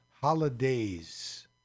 holidays